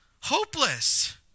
hopeless